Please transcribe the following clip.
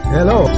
Hello